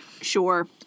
Sure